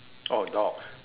oh dogs